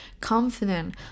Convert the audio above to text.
Confident